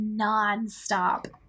nonstop